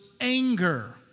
anger